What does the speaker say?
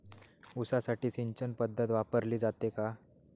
ऊसासाठी सिंचन पद्धत वापरली जाते का?